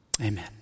Amen